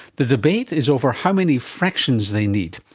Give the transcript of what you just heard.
the debate is over how many fractions they need,